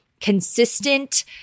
consistent